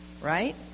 right